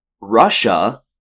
Russia